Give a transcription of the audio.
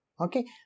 okay